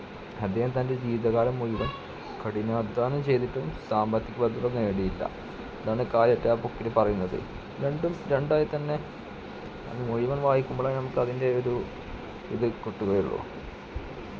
അദ്ദേഹം തൻ്റെ ജീവിതകാലം മുഴുവൻ കഠിനാധ്വാനം ചെയ്തിട്ടും സാമ്പത്തിക ഭദ്രത നേടിയില്ല അതാണ് കാര്യമായിട്ട് ആ ബുക്കിൽ പറയുന്നത് രണ്ടും രണ്ടായിത്തന്നെ മുഴുവൻ വായിക്കുമ്പോഴെ നമുക്ക് അതിൻ്റെ ഒരു ഇത് കിട്ടുകയുള്ളു